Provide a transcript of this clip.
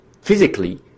physically